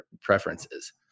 preferences